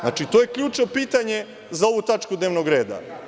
Znači, to je ključno pitanje za ovu tačku dnevnog reda.